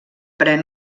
pren